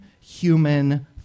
human